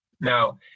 Now